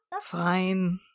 Fine